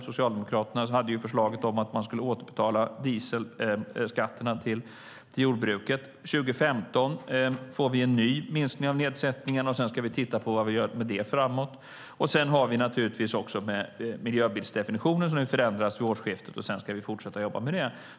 Socialdemokraterna hade ju förslaget att man skulle återbetala dieselskatterna till jordbruket. 2015 får vi en ny minskning av nedsättningen, och sedan ska vi titta på vad vi gör med detta framåt. Sedan har vi naturligtvis miljöbilsdefinitionen, som förändras nu vid årsskiftet och som vi ska fortsätta att jobba med.